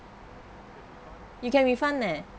you can refund leh